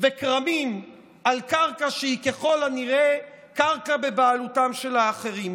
וכרמים על קרקע שהיא ככל הנראה קרקע בבעלותם של אחרים,